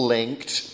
linked